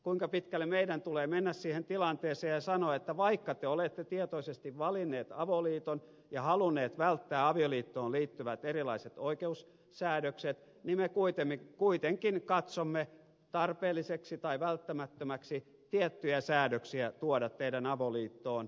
kuinka pitkälle meidän tulee mennä siihen tilanteeseen ja sanoa että vaikka te olette tietoisesti valinneet avoliiton ja halunneet välttää avioliittoon liittyvät erilaiset oikeussäädökset niin me kuitenkin katsomme tarpeelliseksi tai välttämättömäksi tiettyjä säädöksiä tuoda teidän avoliittoonne erotilanteiden varalta